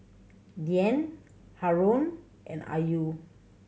Dian Haron and Ayu